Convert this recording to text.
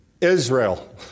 Israel